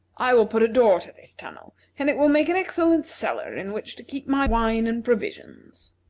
i will put a door to this tunnel, and it will make an excellent cellar in which to keep my wine and provisions.